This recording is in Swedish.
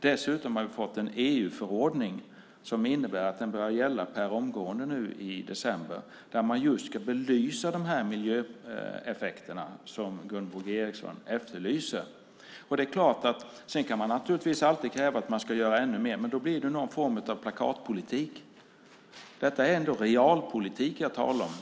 Dessutom har vi fått en EU-förordning som börjar gälla i december där man just ska belysa dessa miljöeffekter, vilket Gunvor G Ericson efterlyste. Man kan alltid kräva att det ska göras mer, men då blir det någon form av plakatpolitik. Det jag talar om är realpolitik.